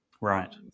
right